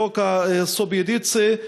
חוק הסוביודיצה,